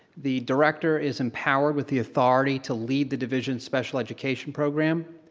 the director is empowered with the authority to lead the division special education program.